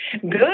Good